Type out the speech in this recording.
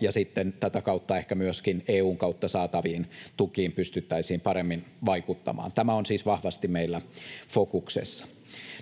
ja sitten tätä kautta ehkä myöskin EU:n kautta saataviin tukiin pystyttäisiin paremmin vaikuttamaan. Tämä on siis vahvasti meillä fokuksessa.